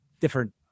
different